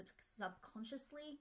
subconsciously